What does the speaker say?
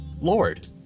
Lord